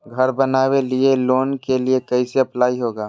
घर बनावे लिय लोन के लिए कैसे अप्लाई होगा?